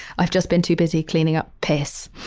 i've just been too busy cleaning up piss.